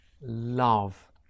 love